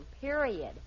period